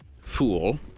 fool